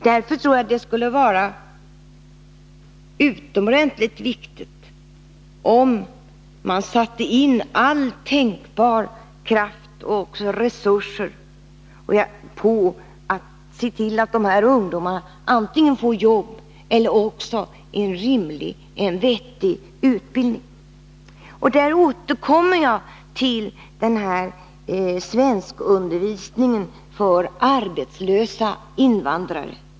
Därför är det utomordentligt viktigt att vi sätter in all vår kraft och alla tillgängliga resurser på att se till att dessa ungdomar får antingen ett jobb eller en vettig utbildning. Här återkommer jag till frågan om svenskundervisning för arbetslösa invandrare.